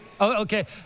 Okay